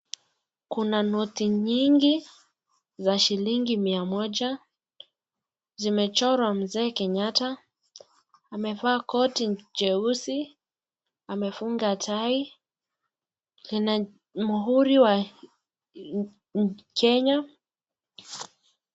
Kuna noti nyingi za shilingi mia moja, zimechorwa Mzee Kenyatta, amevaa koti nyeusi, amefunga tai, lina muhuri wa nchi ya Kenya.